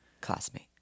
Classmate